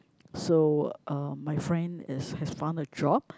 so uh my friend is has found a job